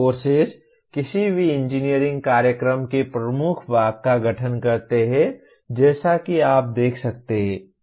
courses किसी भी engineering कार्यक्रम के प्रमुख भाग का गठन करते हैं जैसा कि आप देख सकते हैं